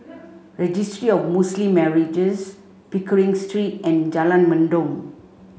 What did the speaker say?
Registry of Muslim Marriages Pickering Street and Jalan Mendong